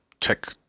check